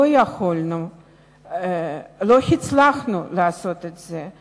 לא יכולנו, לא הצלחנו לעשות את זה.